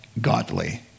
godly